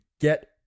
get